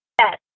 yes